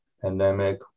pandemic